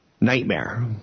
nightmare